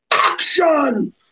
action